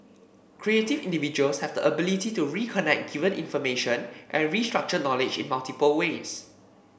creative individuals have the ability to reconnect given information and restructure knowledge in multiple ways